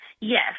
Yes